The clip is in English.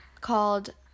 called